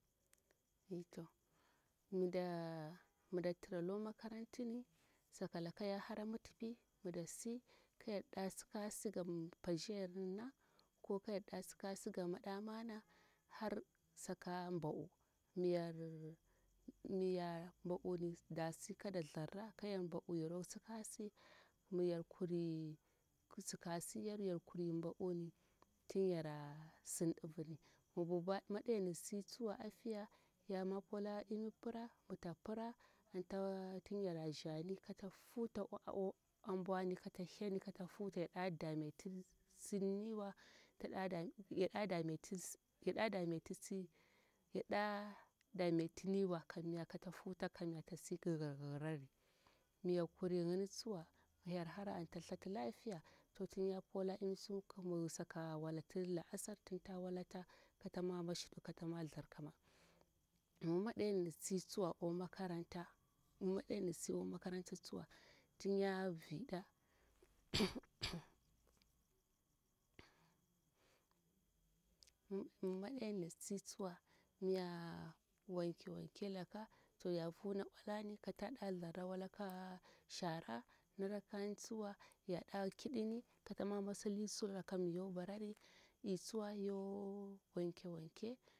Mida tra lo makarantini sakalaka ya hara mitipi midasi kaya da sikasi ga pashiyarna ko kayar da sikasi ga mada mana har sakan mba u miyar miyan mba uni dasi kada tharra kayar mba u yaro sikasi miyar kuri sika siryaru yar kuri mba uni tin yara sim divini mi biba madayanni si tsuwa afiya tin ya mwo pola imir pira mita pira anta tin yara shani kata huta o an mbwani ka ta heni ka ta futa ya da dametisiniwa ta da dame ya da dametisi ya da dametisi yada dametisi yada dametiniwa kamya kata huta kamya tasi yirhirari mi yarkuri yini tsuwa mi yar hara anta thati lafiya to tin ya pola imi tsu mi saka walatir la'asar tin ta walata kata mwo mashidu kata mwo thirkima mi madayarni si tsuwa o makaranta mi madayarni si o makaranta tinya vida mi madayani si tsuwa mi ya wanke wanke laka to ya vu na olani kata da tharra wala ka shara na rakkani tsuwa ya da kidini kata mwo masali sulaka mi yo barari i tsuwa yo wanke wanke.